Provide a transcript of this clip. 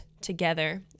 together